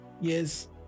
Yes